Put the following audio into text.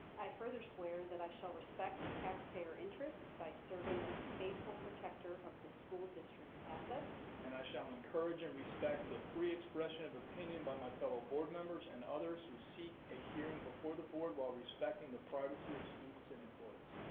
i further swear that i shall respect taxpayer interests by serving as a faithful protector of the school district's assets. and i shall encourage and respect the free expression of opinion by my fellow bard members and others who seek a hearing before the board while respecting the privacy of students and employees.